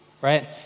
Right